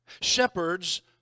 Shepherds